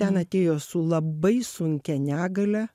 ten atėjo su labai sunkia negalia